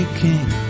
king